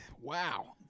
wow